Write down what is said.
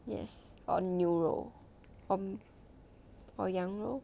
yes or 牛肉 or or 羊肉